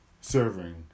serving